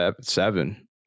seven